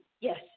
Yes